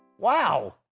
wow,